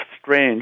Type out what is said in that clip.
strange